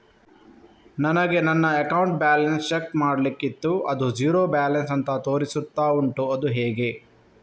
ನನಗೆ ನನ್ನ account balance check ಮಾಡ್ಲಿಕ್ಕಿತ್ತು ಅದು ಝೀರೋ ಬ್ಯಾಲೆನ್ಸ್ ಅಂತ ತೋರಿಸ್ತಾ ಉಂಟು ಅದು ಹೇಗೆ?